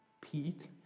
Pete